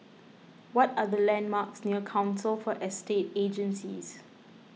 what are the landmarks near Council for Estate Agencies